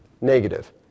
negative